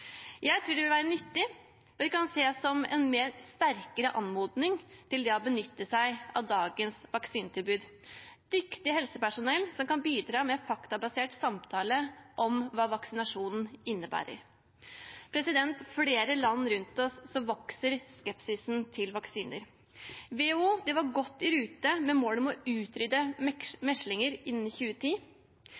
Jeg tror det vil være nyttig. Det kan ses som en sterkere anmodning om å benytte seg av dagens vaksinetilbud, og dyktig helsepersonell kan bidra med faktabasert samtale om hva vaksinasjonen innebærer. I flere land rundt oss vokser skepsisen til vaksiner. WHO var godt i rute med målet om å utrydde meslinger innen 2010,